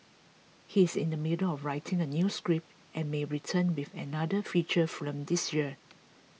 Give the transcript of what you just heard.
he is in the middle of writing a new script and may return with another feature film this year